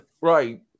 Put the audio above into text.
right